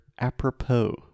apropos